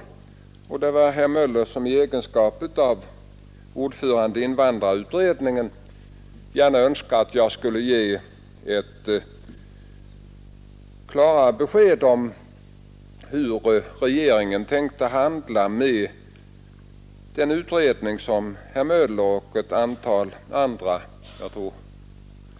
Herr Möller i Gävle önskade i egenskap av ordförande i invandrarutredningen klarare besked av mig om hur regeringen tänkte handla med den utredning som herr Möller och hans kamrater —